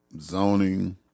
zoning